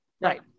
Right